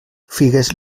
figues